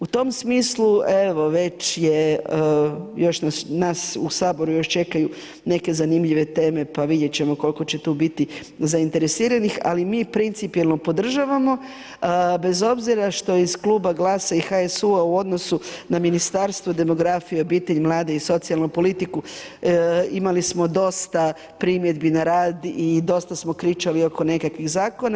U tom smislu evo već je, još nas nas u Saboru još čekaju neke zanimljive teme pa vidjeti ćemo koliko će tu biti zainteresiranih ali mi principijelno podržavamo bez obzira što iz kluba GLAS-a i HSU-a u odnosu na Ministarstvo demografije, obitelj, mlade i socijalnu politiku imali smo dosta primjedbi na rad i dosta smo kričali oko nekakvih zakona.